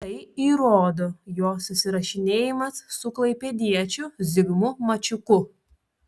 tai įrodo jo susirašinėjimas su klaipėdiečiu zigmu mačiuku